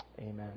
Amen